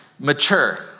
Mature